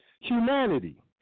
Humanity